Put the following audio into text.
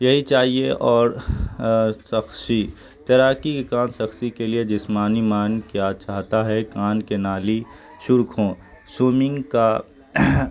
یہی چاہیے اور سخصی تیراکی کے کان سخصی کے لیے جسمانی مان کیا چاہتا ہے کان کے نالی شرخ ہوں سوئمنگ کا